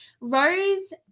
Rose